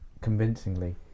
convincingly